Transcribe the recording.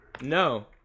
No